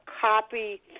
copy